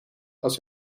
als